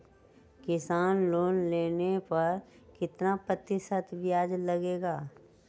किसान लोन लेने पर कितना प्रतिशत ब्याज लगेगा?